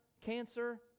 cancer